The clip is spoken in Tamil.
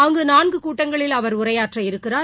அங்கு நான்கு கூட்டங்களில் அவர் உரையாற்ற இருக்கிறார்